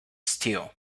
steel